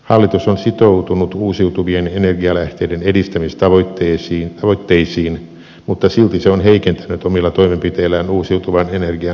hallitus on sitoutunut uusiutuvien energialähteiden edistämistavoitteisiin mutta silti se on heikentänyt omilla toimenpiteillään uusiutuvan energian lisäämisen edellytyksiä